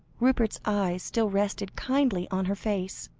rupert's eyes still rested kindly on her face.